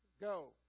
go